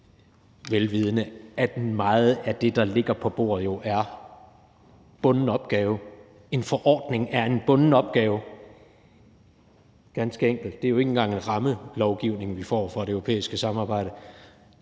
vel vidende at meget af det, der ligger på bordet, er en bunden opgave. En forordning er jo en bunden opgave, ganske enkelt. Det er ikke engang en rammelovgivning, vi får fra det europæiske samarbejde;